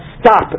stop